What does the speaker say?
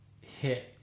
hit